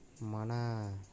Mana